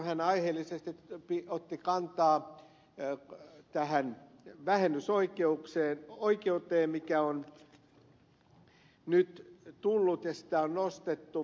hän aiheellisesti otti kantaa verovähennysoikeuteen joka on nyt tullut ja jota on nostettu